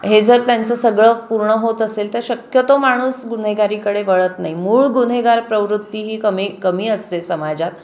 हे जर त्यांचं सगळं पूर्ण होत असेल तर शक्यतो माणूस गुन्हेगारीकडे वळत नाही मूळ गुन्हेगार प्रवृत्ती ही कमी कमी असते समाजात